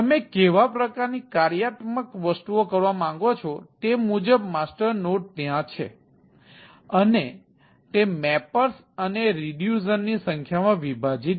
તમે કેવા પ્રકારની કાર્યાત્મક વસ્તુઓ કરવા માંગો છો તે મુજબ માસ્ટર નોડ ત્યાં છે અને તે મેપર્સ અને રિડયુસર ની સંખ્યામાં વિભાજિત છે